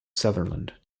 sutherland